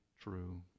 true